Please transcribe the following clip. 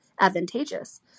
advantageous